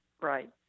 Right